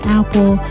apple